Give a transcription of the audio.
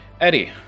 Eddie